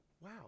wow